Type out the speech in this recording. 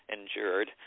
endured